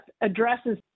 addresses